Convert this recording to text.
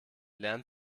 lernen